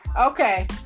Okay